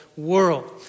world